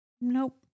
Nope